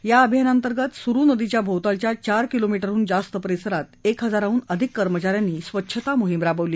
या आभियानांतर्गत सुरु नदीच्या भोवतालल्या चार किलोमीटरहून जास्त परिसरात एक हजाराहून अधिक कर्मचाऱ्यांनी स्वच्छता मोहीम राबवली